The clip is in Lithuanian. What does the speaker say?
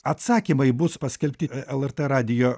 atsakymai bus paskelbti lrt radijo